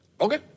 Okay